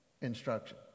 instruction